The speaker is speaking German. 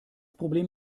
problem